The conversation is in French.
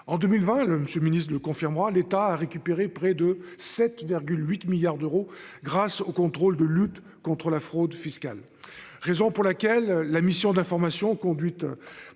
en 2020 le monsieur Ministre de confirmera l'État a récupéré près de 7 8 milliards d'euros grâce au contrôle de lutte contre la fraude fiscale. Raison pour laquelle la mission d'information conduite. Par monsieur